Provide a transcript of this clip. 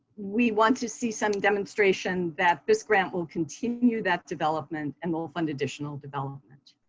we want to see some demonstration that this grant will continue that development, and we'll fund additional development.